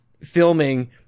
filming